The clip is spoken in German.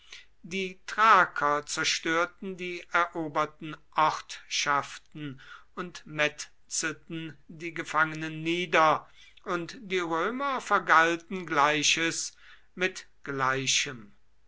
die thraker zerstörten die eroberten ortschaften und metzelten die gefangenen nieder und die römer vergalten gleiches mit gleichem